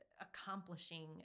accomplishing